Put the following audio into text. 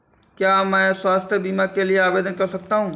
क्या मैं स्वास्थ्य बीमा के लिए आवेदन कर सकता हूँ?